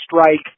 strike